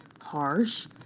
harsh